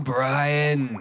Brian